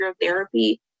therapy